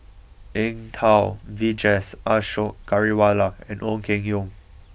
Eng Tow Vijesh Ashok Ghariwala and Ong Keng Yong